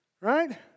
Right